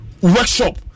workshop